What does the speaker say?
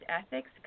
ethics